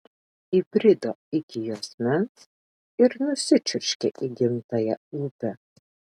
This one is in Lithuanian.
įbrido iki juosmens ir nusičiurškė į gimtąją upę